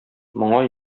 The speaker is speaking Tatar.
моңа